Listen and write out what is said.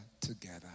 together